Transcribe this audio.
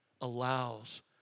allows